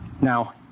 Now